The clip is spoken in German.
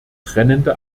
brennende